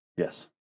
Yes